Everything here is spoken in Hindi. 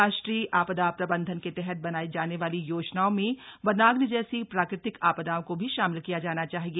राष्ट्रीय आपदा प्रबन्धन के तहत बनायी जाने वाली योजनाओं में वनाग्नि जैसी प्राकृतिक आपदाओं को भी शामिल किया जाना चाहिए